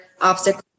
obstacle